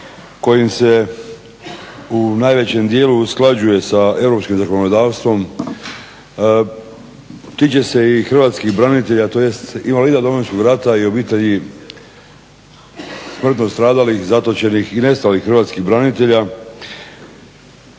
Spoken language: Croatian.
kojim se u najvećem dijelu usklađuje sa europskim zakonodavstvom tiče se i hrvatskih branitelja, tj. invalida Domovinskog rata i obitelji smrtno stradalih, zatočenih i nestalih hrvatskih branitelja